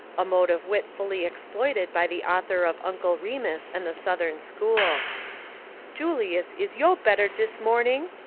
a mode of wit fully exploited by the author of uncle remus and the southern school julius, is yo' better dis morning?